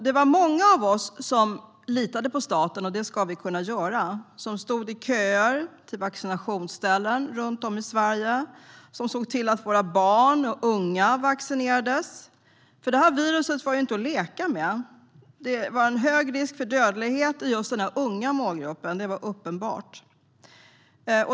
Det var många av oss som litade på staten - och det ska vi kunna göra - som stod i köer till vaccinationsställen runt om i Sverige och såg till att våra barn och unga vaccinerades, för det här viruset var inte att leka med. Risken för dödlighet var hög i just den unga målgruppen; det var uppenbart.